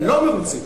לא מרוצים.